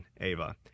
ava